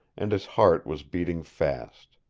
and his heart was beating fast.